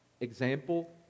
example